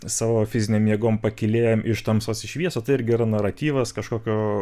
savo fizinėm jėgom pakylėjam iš tamsos į šviesą tai irgi yra naratyvas kažkokio